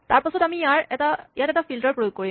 তাৰপাছত আমি ইয়াত এটা ফিল্টাৰ প্ৰয়োগ কৰিম